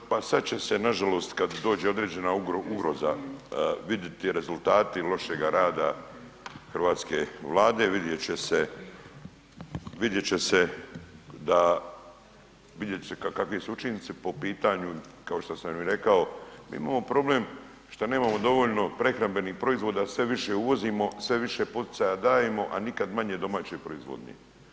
Kolega Vucelić, pa sad će se nažalost kad dođe određena ugroza vidjeti rezultati lošega rada hrvatske Vlade, vidjet će se da, vidjet će se kakvi su učinci po pitanju, kao što sam i rekao, mi imamo problem što nemamo dovoljno prehrambenih proizvoda, sve više uvozimo, sve više poticaja dajemo, a nikad manje domaće proizvodnje.